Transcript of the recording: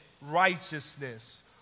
righteousness